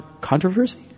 controversy